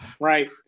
Right